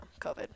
COVID